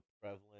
prevalent